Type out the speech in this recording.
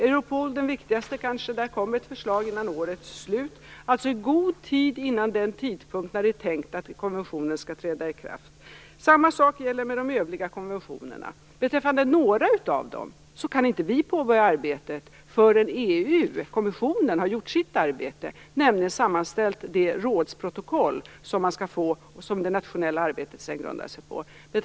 När det gäller Europol, den kanske viktigaste, kommer det ett förslag innan året är slut, dvs. i god tid före den tidpunkt då det är tänkt att konventionen skall träda i kraft. Samma sak gäller för de övriga konventionerna. Beträffande några av dem kan vi inte påbörja arbetet förrän EU-kommissionen har gjort sitt arbete, nämligen att sammanställa det rådsprotokoll som man skall få och som det nationella arbetet sedan grundar sig på.